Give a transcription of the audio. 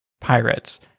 pirates